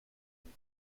and